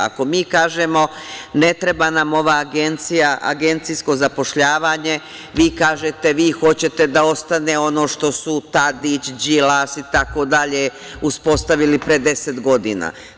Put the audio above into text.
Ako mi kažemo - ne treba nam ova agencija, agencijsko zapošljavanje, vi kažete - vi hoćete da ostane ono što su Tadić, Đilas, itd. uspostavili pre 10 godina.